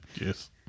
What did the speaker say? Yes